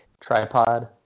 tripod